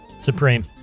Supreme